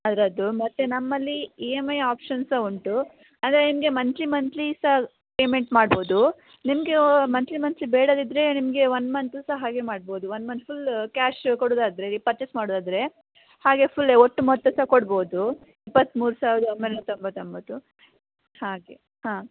ಅದರದ್ದು ಮತ್ತೆ ನಮ್ಮಲ್ಲಿ ಇ ಎಂ ಐ ಆಪ್ಶನ್ಸ್ ಸಹ ಉಂಟು ಅಂದರೆ ನಿಮಗೆ ಮಂತ್ಲಿ ಮಂತ್ಲಿ ಸಹ ಪೇಮೆಂಟ್ ಮಾಡ್ಬೋದು ನಿಮಗೆ ಮಂತ್ಲಿ ಮಂತ್ಲಿ ಬೇಡದಿದ್ದರೆ ನಿಮಗೆ ಒನ್ ಮಂತು ಸಹ ಹಾಗೇ ಮಾಡ್ಬೋದು ಒನ್ ಮಂತ್ ಫುಲ್ ಕ್ಯಾಶು ಕೊಡುವುದಾದ್ರೆ ಪರ್ಚೆಸ್ ಮಾಡುವುದಾದ್ರೆ ಹಾಗೇ ಫುಲ್ಲೇ ಒಟ್ಟು ಮೊತ್ತ ಸಹ ಕೊಡ್ಬೋದು ಇಪ್ಪತ್ಮೂರು ಸಾವಿರದ ಒಂಬೈನೂರ ತೊಂಬತ್ತೊಂಬತ್ತು ಹಾಗೆ ಹಾಂ